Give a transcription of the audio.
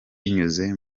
binyuze